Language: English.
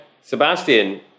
Sebastian